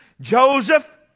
Joseph